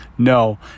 No